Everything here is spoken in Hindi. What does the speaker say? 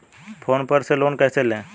फोन पर से लोन कैसे लें?